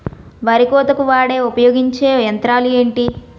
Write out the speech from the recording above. వరి కోతకు వాడే ఉపయోగించే యంత్రాలు ఏంటి?